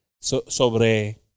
sobre